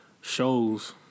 Shows